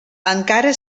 encara